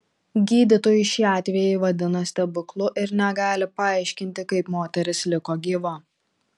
gydytojai šį atvejį vadina stebuklu ir negali paaiškinti kaip moteris liko gyva